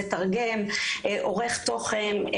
מתרגם ועורך תוכן.